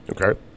Okay